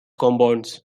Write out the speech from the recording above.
compounds